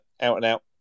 out-and-out